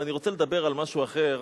אבל אני רוצה לדבר על משהו אחר.